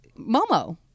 Momo